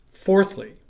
Fourthly